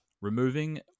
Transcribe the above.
removing